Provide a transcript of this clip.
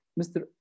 Mr